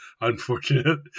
unfortunate